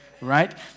right